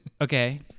Okay